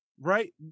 right